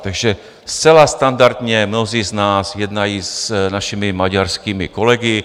Takže zcela standardně mnozí z nás jednají s našimi maďarskými kolegy.